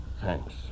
Thanks